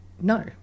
no